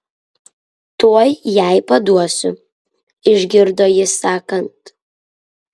tuoj jai paduosiu išgirdo jį sakant